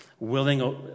willing